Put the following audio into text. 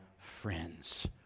friends